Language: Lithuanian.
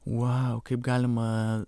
vau kaip galima